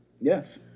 yes